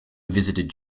visited